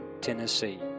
Tennessee